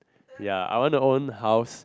ya I want to own house